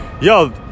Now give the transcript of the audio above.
Yo